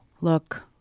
Look